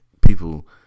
people